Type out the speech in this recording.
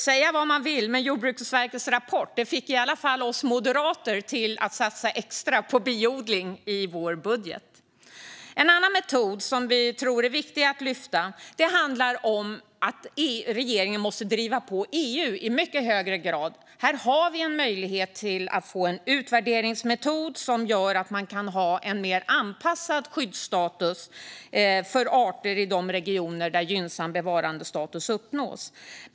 Säga vad man vill, men Jordbruksverkets rapport fick i alla fall oss moderater att satsa extra på biodling i vår budget. En annan metod som vi tror är viktig att lyfta handlar om att regeringen måste driva på EU i mycket högre grad. Här har vi en möjlighet att få en utvärderingsmetod som gör att man kan ha en mer anpassad skyddsstatus för arter i de regioner där gynnsam bevarandestatus uppnås.